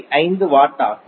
5 watt ஆகும்